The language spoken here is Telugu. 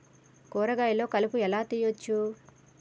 కూరగాయలలో కలుపు ఎలా తీయచ్చు?